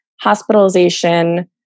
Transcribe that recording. hospitalization